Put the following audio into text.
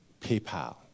PayPal